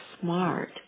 smart